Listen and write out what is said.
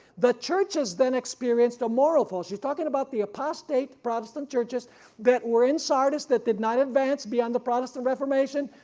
the churches then experienced a moral fall. she is talking about the apostate protestant churches that were in sardis that did not advance beyond the protestant reformation,